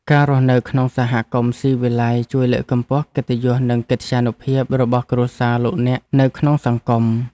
ការរស់នៅក្នុងសហគមន៍ស៊ីវិល័យជួយលើកកម្ពស់កិត្តិយសនិងកិត្យានុភាពរបស់គ្រួសារលោកអ្នកនៅក្នុងសង្គម។